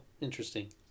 interesting